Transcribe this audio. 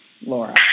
Laura